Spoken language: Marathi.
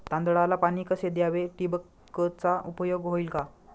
तांदळाला पाणी कसे द्यावे? ठिबकचा उपयोग होईल का?